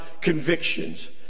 convictions